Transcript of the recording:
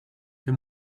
him